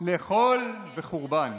לחול וחורבן.